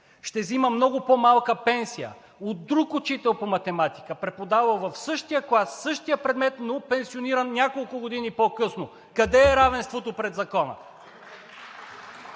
ще взима много по-малка пенсия от друг учител по математика, преподавал в същия клас същия предмет, но пенсиониран няколко години по-късно. Къде е равенството пред закона?